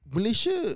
Malaysia